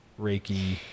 Reiki